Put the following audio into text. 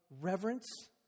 reverence